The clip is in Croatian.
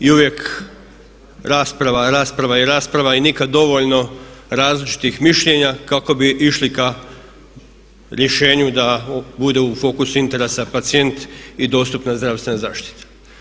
I uvijek rasprava, rasprava i rasprava i nikad dovoljno različitih mišljenja kako bi išli ka rješenju da ovo bude u fokusu interesa pacijent i dostupnost zdravstvene zaštite.